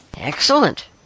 Excellent